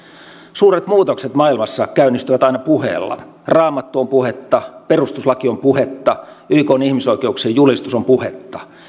suuret muutokset maailmassa käynnistyvät aina puheella raamattu on puhetta perustuslaki on puhetta ykn ihmisoikeuksien julistus on puhetta